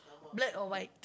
black or white